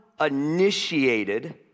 initiated